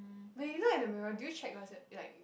when you like the mirror do you check what's it like